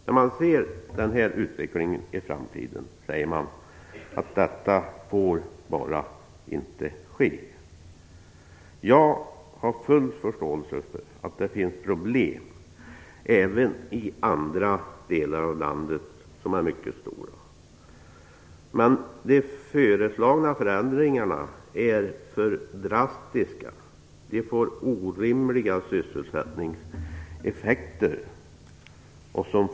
När man ser denna framtidsutveckling säger man att detta bara inte får ske. Jag har full förståelse för att det finns stora problem även i andra delar av landet. Men de föreslagna förändringarna är för drastiska och får orimliga sysselsättningseffekter.